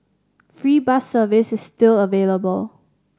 free bus service is still available